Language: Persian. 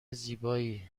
زیبایی